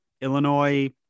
Illinois